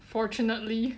fortunately